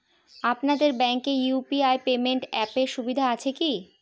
আপনাদের ব্যাঙ্কে UPI payment অ্যাপের সুবিধা আছে কি?